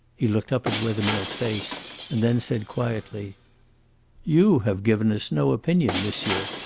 he looked up at wethermill's face and then said quietly you have given us no opinion, monsieur.